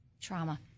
Trauma